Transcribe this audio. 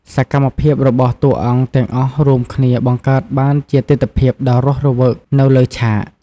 សកម្មភាពរបស់តួអង្គទាំងអស់រួមគ្នាបង្កើតបានជាទិដ្ឋភាពដ៏រស់រវើកនៅលើឆាក។